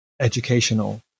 educational